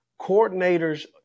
coordinators